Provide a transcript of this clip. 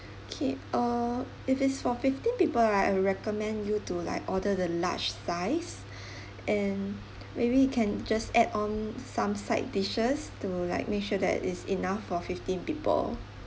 K uh if it's for fifteen people right I'd recommend you to like order the large size and maybe you can just add on some side dishes to like make sure that is enough for fifteen people